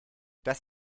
das